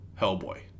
Hellboy